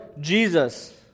Jesus